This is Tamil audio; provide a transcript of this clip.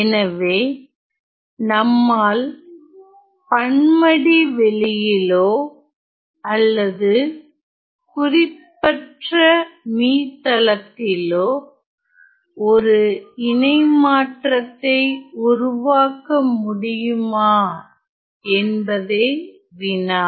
எனவே நம்மால் பன்மடிவெளியிலோ அல்லது குறிப்பற்ற மீத்தளத்திலோ ஒரு இணைமற்றதை உருவாக்க முடியுமா என்பதே வினா